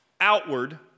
outward